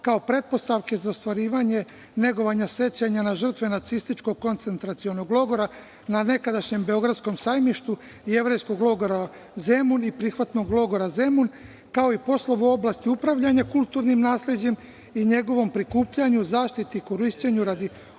kao pretpostavke za ostvarivanje negovanja sećanja na žrtve nacističkog koncentracionog logora na nekadašnjem Beogradskom sajmištu, "Jevrejskog logora Zemun" i "Prihvatnog logora Zemun", kao i poslova u oblasti upravljanja kulturnim nasleđem i njegovom prikupljanju, zaštiti i korišćenju, radi obavljanja